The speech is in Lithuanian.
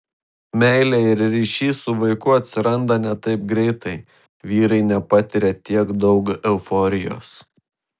meilė ir ryšys su vaiku atsiranda ne taip greitai vyrai nepatiria tiek daug euforijos